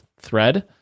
thread